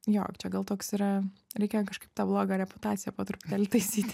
jo čia gal toks yra reikia kažkaip tą blogą reputaciją po trupinėlį taisyti